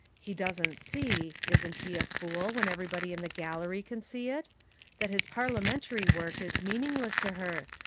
he doesn't see isn't he a fool, when everybody in the gallery can see it that his parliamentary work is meaningless to her,